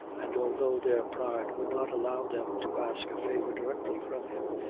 and although their pride would not allow them to ask a favor directly from him,